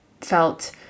felt